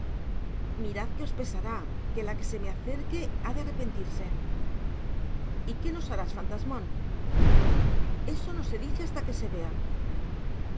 mirad que os pesará la que se me acerque ha de arrepentirse y qué nos harás fantasmón eso no se dice hasta que se vea